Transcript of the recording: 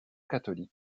catholique